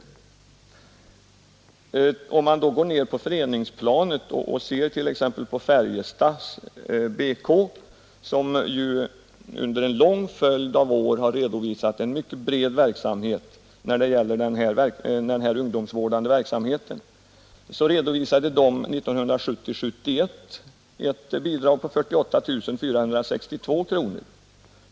Om man då går ned på föreningsplanet och ser t.ex. på Färjestads BK, som ju under en lång följd av år har redovisat en mycket bred verksamhet, så fick den klubben 1970/71 ett bidrag på 48 462 kronor.